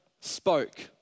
spoke